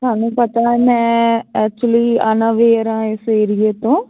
ਤੁਹਾਨੂੰ ਪਤਾ ਮੈਂ ਐਕਚੁਲੀ ਅਨਅਵੇਅਰ ਆ ਇਸ ਏਰੀਏ ਤੋਂ